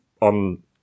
on